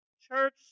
church